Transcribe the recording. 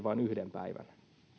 vain yhden päivän